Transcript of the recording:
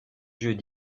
jeux